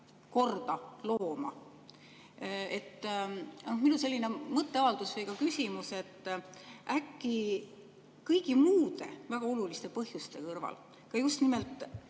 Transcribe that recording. korda looma? Minu mõtteavaldus või ka küsimus: äkki kõigi muude väga oluliste põhjuste kõrval ka just nimelt